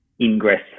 ingress